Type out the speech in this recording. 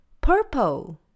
purple